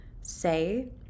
say